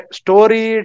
story